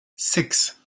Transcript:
six